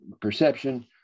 perception